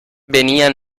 venía